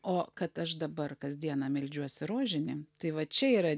o kad aš dabar kasdieną meldžiuosi rožinį tai va čia yra